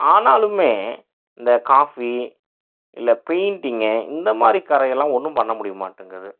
ஆனாலும் இந்த காஃபி இல்லை பெய்ண்ட்டிங்கு இந்த மாதிரி கறையெல்லாம் ஒன்றும் பண்ண முடிய மாட்டேங்குது